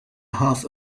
half